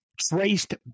traced